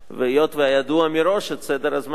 והיות שהיה ידוע מראש סדר הזמנים,